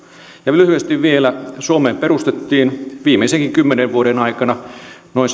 lyhyesti vielä suomeen perustettiin viimeisenkin kymmenen vuoden aikana noin